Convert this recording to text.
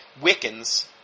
Wiccans